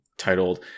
titled